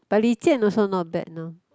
but Li-Jian also not bad now